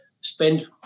spend